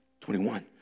21